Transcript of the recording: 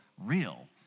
real